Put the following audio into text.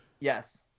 yes